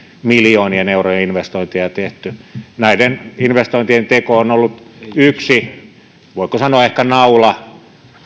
miljoonien eurojen investointeja on tehty näiden investointien teko on on ollut yksi voiko sanoa ehkä naula